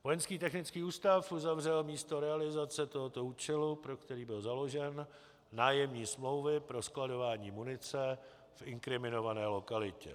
Vojenský technický ústav uzavřel místo realizace tohoto účelu, pro který byl založen, nájemní smlouvy pro skladování munice v inkriminované lokalitě.